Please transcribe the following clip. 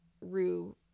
Rue